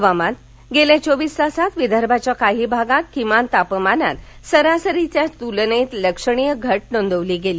हवामान गेल्या चोवीस तासांत विदर्भाच्या काही भागात किमान तापमानात सरासरीच्या तुलनेत लक्षणीय घट नोंदवली गेली